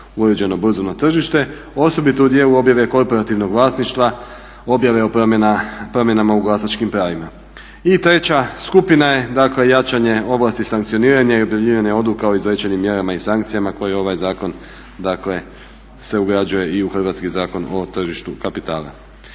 uređeno burzovno tržište, osobito u dijelu objave korporativnog vlasništva, objave o promjenama u glasačkim pravima. I treća skupina je dakle jačanje ovlasti sankcioniranja i objavljivanja odluka o izrečenim mjerama i sankcijama koje ovaj zakon dakle se ugrađuje i u hrvatski Zakon o tržištu kapitala.